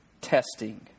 testing